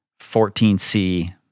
14c